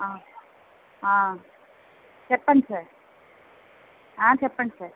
చెప్పండ్ sir చెప్పండ్ sir